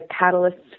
catalysts